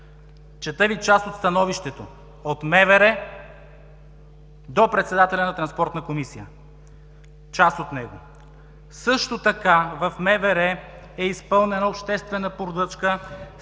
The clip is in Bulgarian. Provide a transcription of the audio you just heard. Чета Ви част от Становището от МВР до председателя на Транспортната комисия: „Също така в МВР е изпълнена обществена поръчка